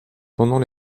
pendant